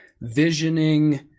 visioning